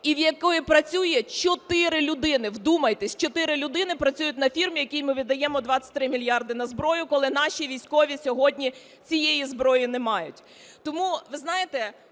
і в якій працює чотири людини. Вдумайтесь, чотири людини працює на фірмі, якій ми віддаємо 23 мільярди на зброю, коли наші військові сьогодні цієї зброї не мають.